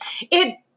It-